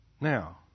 now